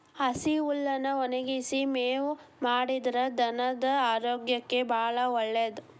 ಹಸಿ ಹುಲ್ಲನ್ನಾ ಒಣಗಿಸಿ ಮೇವು ಮಾಡಿದ್ರ ಧನದ ಆರೋಗ್ಯಕ್ಕೆ ಬಾಳ ಒಳ್ಳೇದ